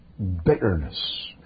Bitterness